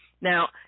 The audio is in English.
Now